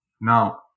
Now